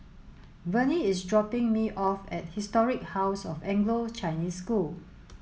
Verne is dropping me off at Historic House of Anglo Chinese School